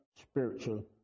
spiritual